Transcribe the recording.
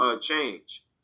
change